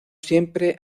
siempre